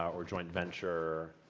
or joint venture,